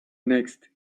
next